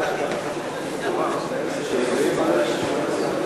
יעלה חבר הכנסת משה מזרחי.